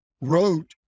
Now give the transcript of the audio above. wrote